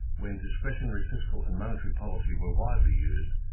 when discretionary fiscal and monetary policy were widely used,